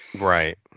Right